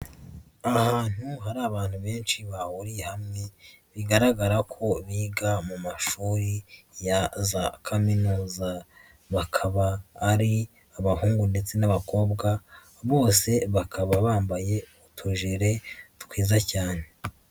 Ahantu hari abantu benshi bahuriye hamwe bigaragara ko biga mu mashuri ya za kaminuza, bakaba ari abahungu ndetse n'abakobwa bose bakaba bambaye utujire twiza cyane.